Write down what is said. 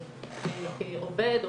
כעובד,